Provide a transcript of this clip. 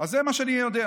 אז זה מה שאני יודע.